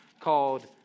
called